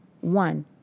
One